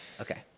Okay